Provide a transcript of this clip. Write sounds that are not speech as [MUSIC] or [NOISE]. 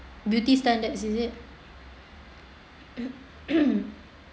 beauty standards is it [COUGHS]